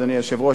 אדוני היושב-ראש,